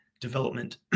development